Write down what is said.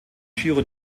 giro